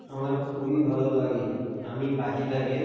আমার খুবই ভালো লাগে আমি পাখিটাকে